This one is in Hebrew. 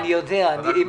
אני יודע.